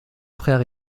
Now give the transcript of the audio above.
frère